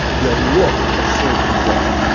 you'll look a certain way.